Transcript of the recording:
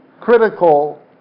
critical